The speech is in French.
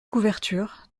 couvertures